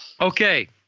Okay